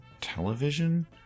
television